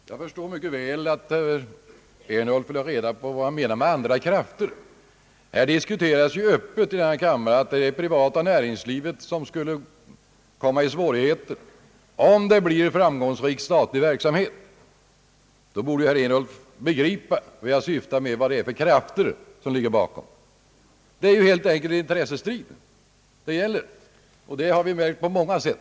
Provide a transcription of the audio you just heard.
Herr talman! Jag förstår mycket väl att herr Ernulf vill ha reda på vad jag menar med »andra krafter». Här diskuteras ju öppet i denna kammare att det privata näringslivet skulle få svårigheter, om den statliga verksamheten blir framgångsrik. Då borde ju herr Ernulf begripa vad det är för »andra krafter» som ligger bakom. Det gäller helt enkelt en intressestrid, vilket vi har märkt på många sätt.